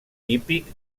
típic